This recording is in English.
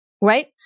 right